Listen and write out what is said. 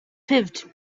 pvt